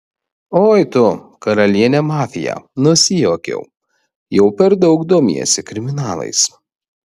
oi tu karaliene mafija nusijuokiau jau per daug domiesi kriminalais